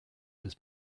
was